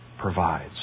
provides